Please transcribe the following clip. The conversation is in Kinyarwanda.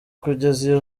kugeza